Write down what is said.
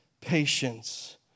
patience